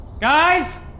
Guys